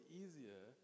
easier